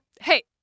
Hey